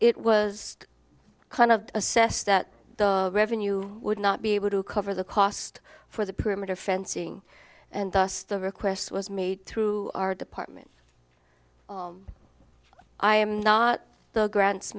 it was kind of assessed that the revenue would not be able to cover the cost for the perimeter fencing and thus the request was made through our department i am not the grants